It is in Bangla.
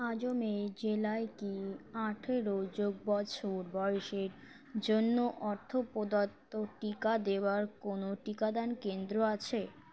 আজমেই জেলায় কি আঠেরো যোগ বছর বয়সের জন্য অর্থপ্রদত্ত টিকা দেওয়ার কোনও টিকাদান কেন্দ্র আছে